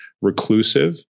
reclusive